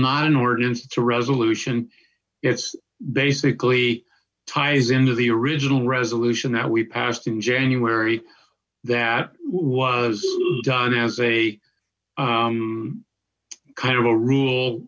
not an ordinance to resolution it's basically ties into the original resolution that we passed in january that was done as a kind of a r